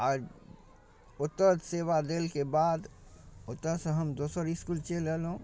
आओर ओतऽ सेवा देलाके बाद ओतऽसँ हम दोसर इसकुल चलि अएलहुँ